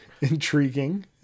intriguing